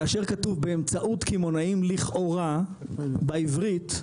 כאשר כתוב באמצעות קמעונאים לכאורה בעברית,